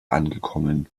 angekommen